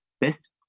Best